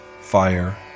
fire